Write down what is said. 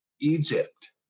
Egypt